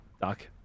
Doc